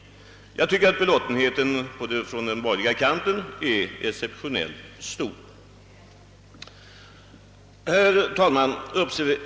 Enligt min mening är belåtenheten på den borgerliga kanten exeptionellt stor. Herr talman!